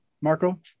Marco